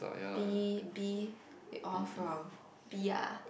B B all from B ah